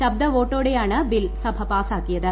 ശബ്ദവോട്ടൊടെയാണ് bill സഭ പാസാക്കിയത്